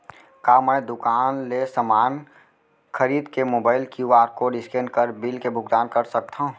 का मैं दुकान ले समान खरीद के मोबाइल क्यू.आर कोड स्कैन कर बिल के भुगतान कर सकथव?